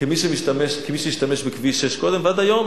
כמי שהשתמש בכביש 6 קודם ועד היום,